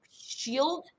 shield